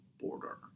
border